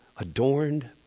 adorned